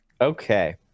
Okay